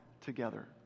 together